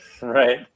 Right